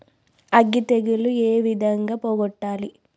అగ్గి తెగులు ఏ విధంగా పోగొట్టాలి?